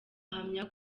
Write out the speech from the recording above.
ahamya